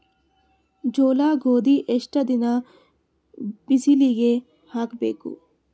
ಜೋಳ ಗೋಧಿ ಎಷ್ಟ ದಿನ ಬಿಸಿಲಿಗೆ ಹಾಕ್ಬೇಕು?